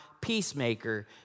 peacemaker